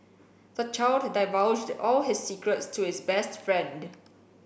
the child divulged all his secrets to his best friend